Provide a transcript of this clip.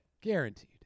Guaranteed